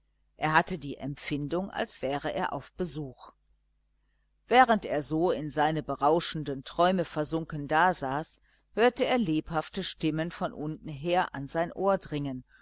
er hatte die empfindung als wäre er auf besuch während er so in seine berauschenden träume versunken dasaß hörte er lebhafte stimmen von untenher an sein ohr dringen